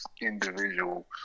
individual